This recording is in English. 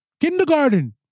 Kindergarten